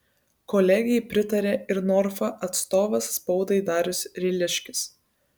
kolegei pritarė ir norfa atstovas spaudai darius ryliškis